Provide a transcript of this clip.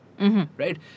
right